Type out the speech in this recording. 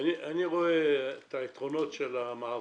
אני רואה את היתרונות של המעבר: